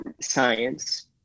science